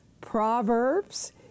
Proverbs